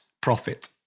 profit